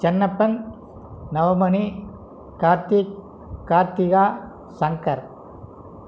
Chennappan Navamani Karthik Karthika Shankar